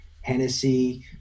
Hennessy